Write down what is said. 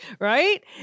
right